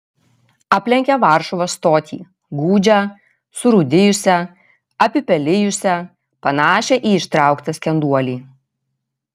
aplenkė varšuvos stotį gūdžią surūdijusią apipelijusią panašią į ištrauktą skenduolį